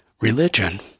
religion